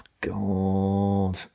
God